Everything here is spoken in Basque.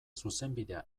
zuzenbidea